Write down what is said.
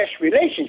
relationship